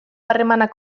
harremanak